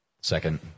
second